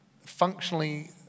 functionally